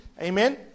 Amen